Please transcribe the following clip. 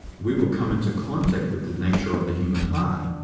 we will come into contact with the nature of the human heart,